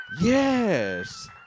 Yes